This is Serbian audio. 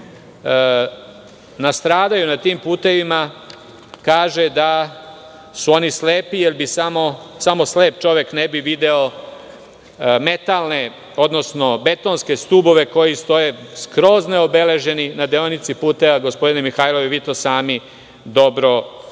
nastradaju na tim putevima kaže da su oni slepi jer samo slep čovek ne bi video betonske stubove koji stoje skroz neobeleženi na deonici puteva. Gospodine Mihajlov, i vi to sami dobro znate.U